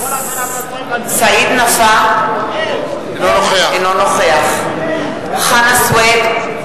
סעיד נפאע, אינו נוכח חנא סוייד,